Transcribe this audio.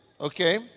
okay